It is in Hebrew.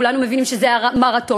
כולנו מבינים שזה היה מרתון.